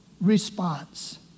response